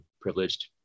privileged